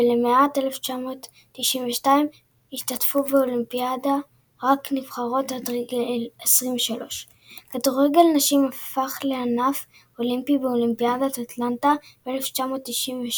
ולמעט 1992 השתתפו באולימפיאדות רק הנבחרות עד גיל 23. כדורגל נשים הפך לענף אולימפי באולימפיאדת אטלנטה ב-1996,